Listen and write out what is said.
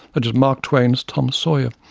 such as mark twain's tom sawyer,